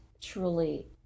truly